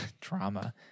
Drama